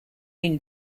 been